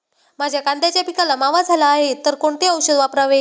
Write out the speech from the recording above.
माझ्या कांद्याच्या पिकाला मावा झाला आहे तर कोणते औषध वापरावे?